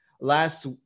Last